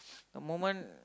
the moment